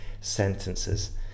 sentences